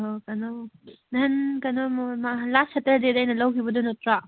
ꯑꯥ ꯀꯩꯅꯣ ꯅꯍꯥꯟ ꯀꯩꯅꯣ ꯂꯥꯁ ꯁꯇꯔꯗꯦꯗ ꯑꯩꯅ ꯂꯧꯈꯤꯕꯗꯨ ꯅꯠꯇ꯭ꯔꯣ